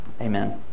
Amen